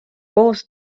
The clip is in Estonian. koos